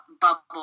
bubble